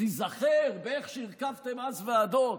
ותיזכר איך שהרכבתם אז ועדות,